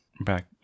back